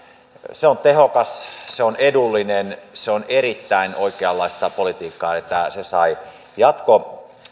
on tehokasta on edullista on erittäin oikeanlaista politiikkaa että se sai